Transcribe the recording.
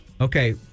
Okay